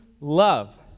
love